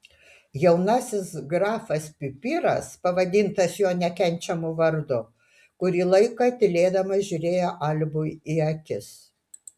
jaunasis grafas pipiras pavadintas jo nekenčiamu vardu kurį laiką tylėdamas žiūrėjo albui į akis